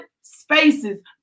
spaces